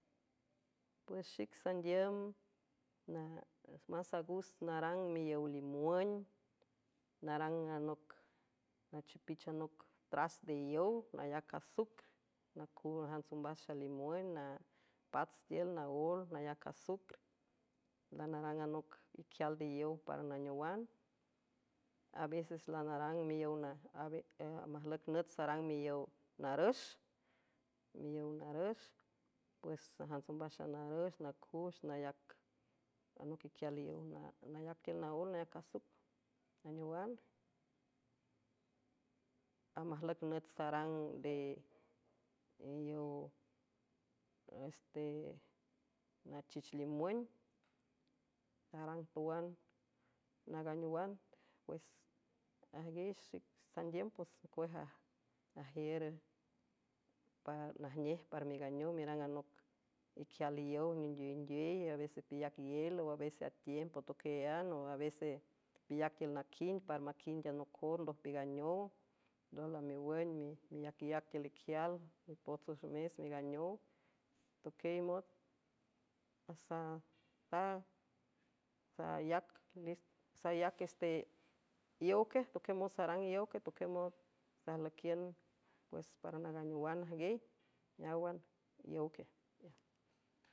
Pues xic sandiüm más agus narang miiowlimuün narang anoc nachipich anoc tras de iow nayac azucr jantsomba xalimuün napats tiül naóel nayac azucr lanarang anoc iquial nde iow para naneowan aveses lamajlüic nüt sarang miow narüx miiow narüx pues jantsombaxanarüx nacux anoc iquial iow nayac tiül naól nayac azu aneowan amic nüt sarang de ioweste nachich limün arang tawan naganeowan pues ajnguiey xic sandiüm pes cuej ajiür najnej para meganeow merang anoc iquial iyow nindiaynduey avese pilac iélo avese a tiempo toquieyan o avese piyac tiül naquind para maquind anocor ndoj piganeow ndojlamewün miyaciyac tiül iquial ipots wüx mes meganeow tiesayac seowue toquiay mots sarang iowque toquiay mot sajlüiquiün pues para naganeowan jngiey áwan iow que.